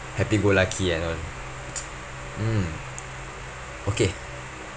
happy go lucky and all mm okay